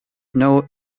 know